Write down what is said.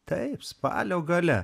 taip spalio gale